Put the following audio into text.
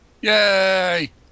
Yay